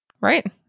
Right